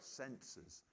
senses